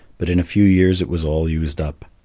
but in a few years it was all used up.